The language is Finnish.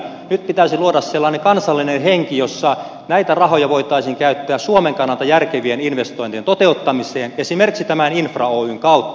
nyt pitäisi luoda sellainen kansallinen henki jossa näitä rahoja voitaisiin käyttää suomen kannalta järkevien investointien toteuttamiseen esimerkiksi tämän infra oyn kautta